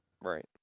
right